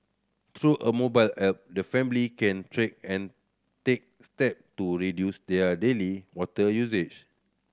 through a mobile app the family can track and take step to reduce their daily water usage